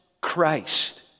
Christ